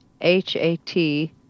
H-A-T-